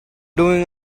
doing